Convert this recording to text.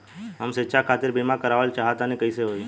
हम शिक्षा खातिर बीमा करावल चाहऽ तनि कइसे होई?